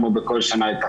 החדרים,